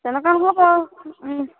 তেনেকুৱা হ'ব বাৰু